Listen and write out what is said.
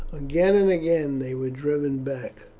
again and again they were driven back,